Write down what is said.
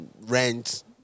rent